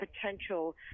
potential